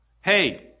Hey